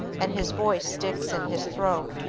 and his voice sticks in his throat.